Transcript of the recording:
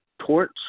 torch